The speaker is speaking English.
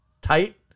tight